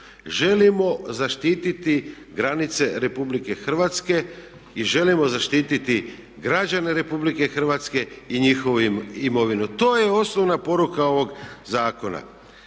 Želimo zaštititi granice Republike Hrvatske i želimo zaštititi građane Republike Hrvatske i njihovu imovinu. To je osnovna poruka ovog zakona.